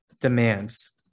demands